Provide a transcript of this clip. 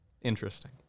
interesting